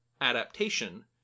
adaptation